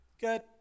Good